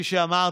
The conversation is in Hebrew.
כפי שאמרתי,